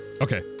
Okay